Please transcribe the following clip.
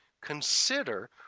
consider